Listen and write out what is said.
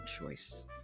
choice